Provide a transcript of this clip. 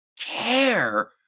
care